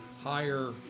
higher